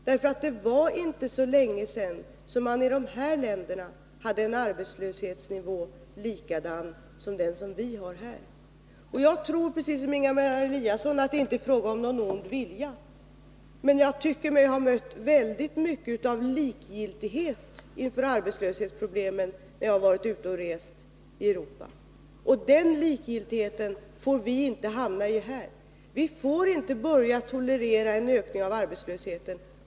Det var ju inte så länge sedan som man i de här länderna hade en arbetslöshetsnivå som var likadan som den vi har här. Jag tror precis som Ingemar Eliasson att det inte är fråga om ond vilja. Men jag tycker mig ha mött väldigt mycket likgiltighet inför arbetslöshetsproblemen när jag har varit ute och rest i Europa. Och den likgiltigheten får vi inte hamna i här. Vi får inte börja tolerera en ökning av arbetslösheten.